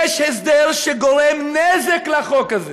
יש הסדר שגורם נזק לחוק הזה.